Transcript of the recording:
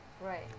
Right